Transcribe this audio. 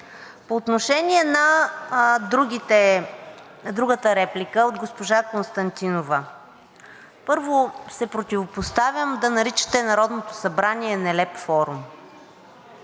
По отношение на другата реплика – от госпожа Константинова. Първо, се противопоставям да наричате Народното събрание „нелеп форум“.